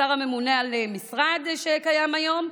השר הממונה על משרד שקיים היום,